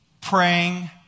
praying